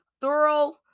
thorough